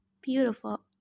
beautiful